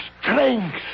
strength